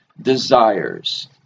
desires